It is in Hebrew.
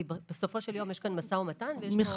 כי בסופו של יום יש כאן משא ומתן --- ברור,